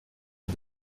aux